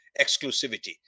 exclusivity